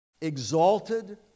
exalted